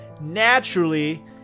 naturally